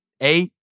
Eight